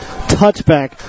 touchback